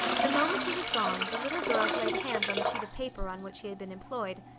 the moment he was gone, the little girls laid hands on the sheet of paper, on which he had been employed.